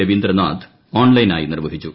രവീന്ദ്രനാഥ് ഓൺലൈനായി നിർവഹിച്ചു